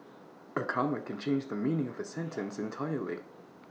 A comma can change the meaning of A sentence entirely